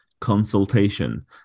consultation